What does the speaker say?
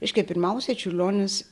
reiškia pirmiausia čiurlionis